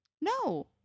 No